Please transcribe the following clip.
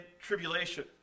tribulation